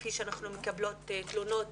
כפי שאנחנו מקבלות תלונות